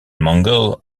mangles